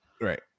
Right